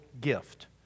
gift